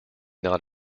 not